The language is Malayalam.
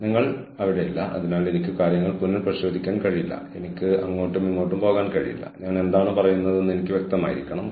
നിങ്ങൾക്കറിയാമോ നിങ്ങൾ ഒരു വാഷിംഗ് മെഷീൻ വാങ്ങി അത് നന്നായി സൂക്ഷിച്ചാൽ നിങ്ങൾ ഒരിക്കലും അടുത്ത 10 15 20 വർഷത്തേക്ക് മറ്റൊന്ന് വാങ്ങേണ്ട ആവശ്യമുണ്ടായിരുന്നില്ല